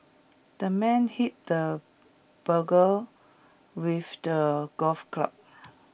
the man hit the burglar with the golf club